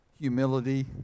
humility